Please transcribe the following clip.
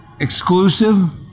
exclusive